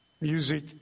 music